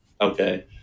Okay